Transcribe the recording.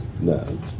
No